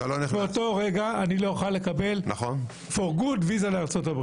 מאותו רגע אני לא אוכל ויזה לארצות הברית לעולם.